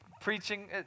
preaching